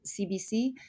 CBC